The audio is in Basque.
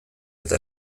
eta